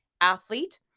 athlete